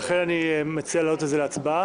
לכן אני מציע להעלות את זה להצבעה,